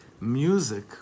Music